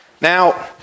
Now